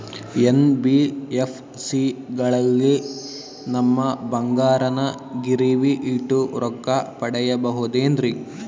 NBFC ಗಳಲ್ಲಿ ನಮ್ಮ ಬಂಗಾರನ ಗಿರಿವಿ ಇಟ್ಟು ರೊಕ್ಕ ಪಡೆಯಬಹುದೇನ್ರಿ?